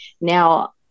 Now